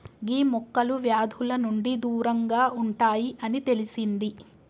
గీ మొక్కలు వ్యాధుల నుండి దూరంగా ఉంటాయి అని తెలిసింది